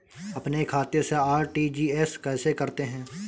अपने खाते से आर.टी.जी.एस कैसे करते हैं?